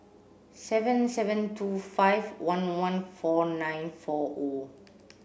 seven seven two five one one four nine four O